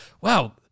wow